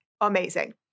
Amazing